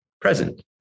present